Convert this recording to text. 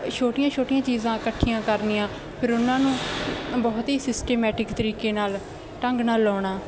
ਛੋਟੀਆਂ ਛੋਟੀਆਂ ਚੀਜ਼ਾਂ ਇਕੱਠੀਆਂ ਕਰਨੀਆਂ ਫਿਰ ਉਹਨਾਂ ਨੂੰ ਬਹੁਤ ਹੀ ਸਿਸਟਮੈਟਿਕ ਤਰੀਕੇ ਨਾਲ ਢੰਗ ਨਾਲ ਲਾਉਣਾ